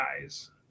guys